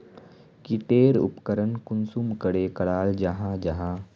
की टेर उपकरण कुंसम करे कराल जाहा जाहा?